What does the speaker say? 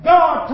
God